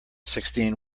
sixteen